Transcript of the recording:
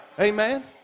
Amen